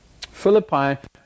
Philippi